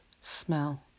smell